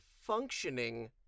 functioning